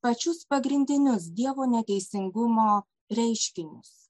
pačius pagrindinius dievo neteisingumo reiškinius